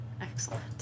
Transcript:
Excellent